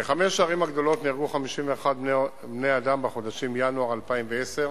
בחמש הערים הגדולות נהרגו 51 בני-אדם בחודשים ינואר 2010,